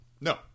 No